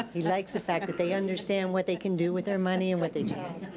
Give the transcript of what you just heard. he likes the fact that they understand what they can do with their money and what they can't.